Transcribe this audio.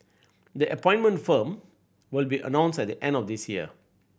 the appointed firm will be announced at the end of this year